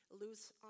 lose